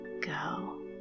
go